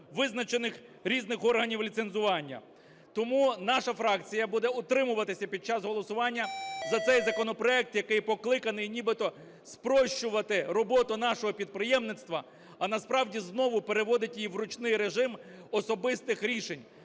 визначених різних органів ліцензування. Тому наша фракція буде утримуватися під час голосування за цей законопроект, який покликаний нібито спрощувати роботу нашого підприємництва, а насправді знову переводити її в ручний режим особистих рішень.